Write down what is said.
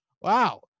Wow